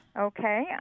Okay